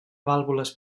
vàlvules